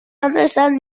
understand